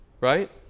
right